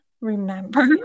remember